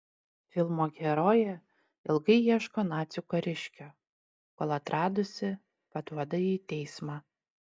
filmo herojė ilgai ieško nacių kariškio kol atradusi paduoda jį į teismą